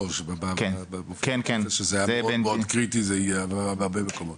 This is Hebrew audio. זה יהיה קריטי בהרבה מקומות.